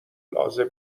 لازم